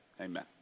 amen